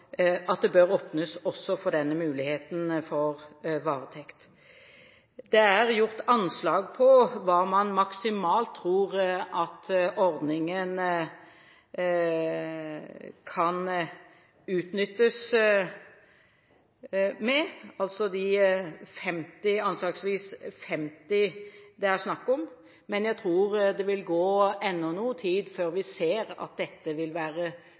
at det bør åpnes også for denne muligheten for varetekt. Det er gjort anslag på hvor mange plasser man tror ordningen maksimalt kan gi, altså de anslagsvis 50 plassene det er snakk om, men jeg tror det vil gå ennå noe tid før vi vil se dette